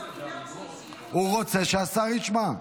הוא רוצה שהשר ישמע.